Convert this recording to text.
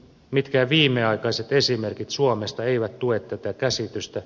mitkään viimeaikaiset esimerkit suomesta eivät tue tätä käsitystä